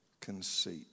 conceit